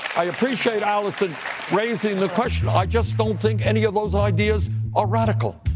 i appreciate allison raising the question. i just don't think any of those ideas are radical.